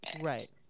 Right